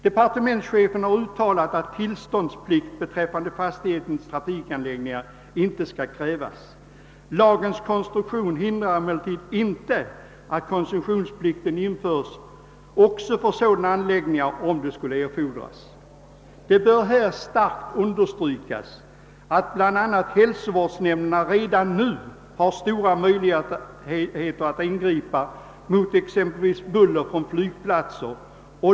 Departementschefen har uttalat att tillståndsplikt beträffande fasta trafikanläggningar inte skall krävas. Lagens konstruktion hindrar emellertid inte att koncessionsplikt införs också för sådana anläggningar, om det skulle erfordras. Det bör på den punkten kraftigt understrykas, att bl.a. hälsovårdsnämnderna redan har stora möjligheter att ingripa mot exempelvis buller från flygplatser.